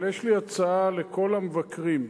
אבל יש לי הצעה לכל המבקרים,